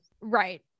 Right